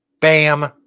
bam